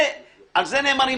על זה נאמר,